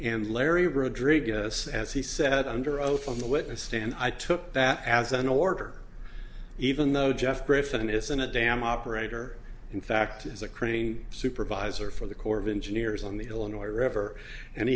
and larry rodrigues as he said under oath on the witness stand i took that as an order even though jeff griffin isn't a damn operator in fact is a crane supervisor for the corps of engineers on the illinois river and